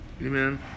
Amen